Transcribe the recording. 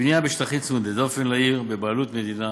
בנייה בשטחים צמודי-דופן לעיר בבעלות מדינה,